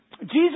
Jesus